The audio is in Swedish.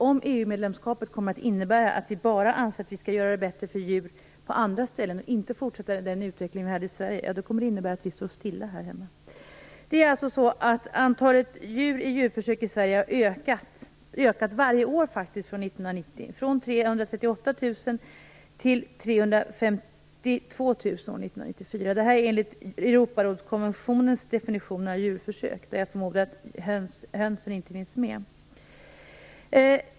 Om EU-medlemskapet kommer att innebära att vi bara anser att vi skall göra det bättre för djur på andra ställen och inte fortsätter den utveckling vi hade i Sverige kommer det att innebära att vi står stilla här hemma. Antalet djur i djurförsök i Sverige har ökat varje år från 338 000 år 1990 till 352 000 år 1994. Detta är enligt Europarådskonventionens definition av djurförsök, där jag förmodar att hönsen inte finns med.